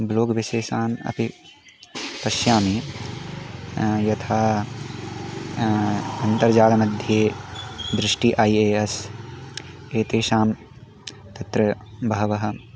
blog विशेषान् अपि पश्यामि यथा अन्तर्जालमध्ये दृष्टिः ऐ ए एस् एतेषां तत्र बहवः